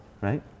right